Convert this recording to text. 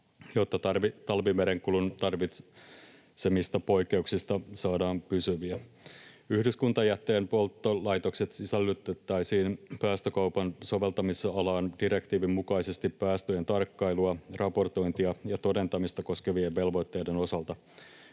jotta talvimerenkulun tarvitsemista poikkeuksista saadaan pysyviä. Yhdyskuntajätteen polttolaitokset sisällytettäisiin päästökaupan soveltamisalaan direktiivin mukaisesti päästöjen tarkkailua, raportointia ja todentamista koskevien velvoitteiden osalta.